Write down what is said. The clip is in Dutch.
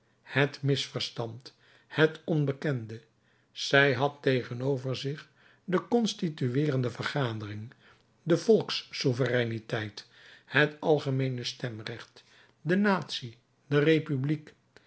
het misverstand het onbekende zij had tegenover zich de constitueerende vergadering de volkssouvereiniteit het algemeene stemrecht de natie de republiek